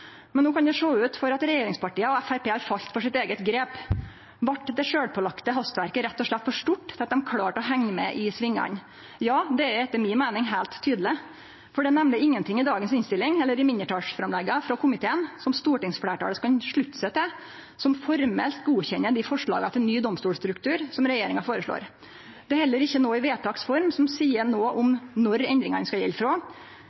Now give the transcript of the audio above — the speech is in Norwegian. No kan det sjå ut til at regjeringspartia og Framstegspartiet har falt for sitt eige grep. Vart det sjølvpålagte hastverket rett og slett for stort til at dei klarte å henge med i svingane? Ja, det er etter mi meining heilt tydeleg, for det er ingenting i innstillinga i dag eller i mindretalsframlegga frå komiteen som stortingsfleirtalet kan slutte seg til, som formelt godkjenner dei forslaga til ny domstolstruktur som regjeringa har. Det er heller ikkje noko i vedtaksform som seier noko om når endringane skal gjelde frå.